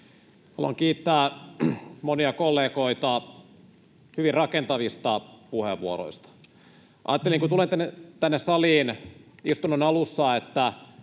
Haluan kiittää monia kollegoita hyvin rakentavista puheenvuoroista. Ajattelin, kun tulen tänne saliin istunnon alussa, että